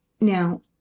now